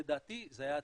לדעתי זה היה טעות,